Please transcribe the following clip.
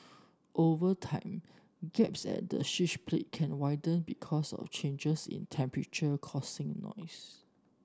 over time gaps at the switch plate can widen because of changes in temperature causing noise